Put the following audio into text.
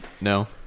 no